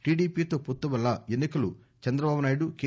టిడిపితో పొత్తు వల్ల ఎన్నికలు చంద్రబాబునాయుడు కె